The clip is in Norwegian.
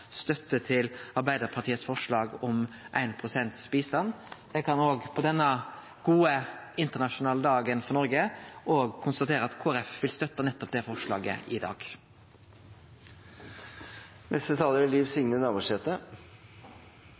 støtte til Arbeidarpartiets forslag om 1 pst. bistand. Eg kan på denne gode internasjonale dagen for Noreg konstatere at Kristeleg Folkeparti vil støtte det forslaget. Det er